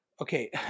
Okay